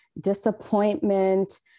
disappointment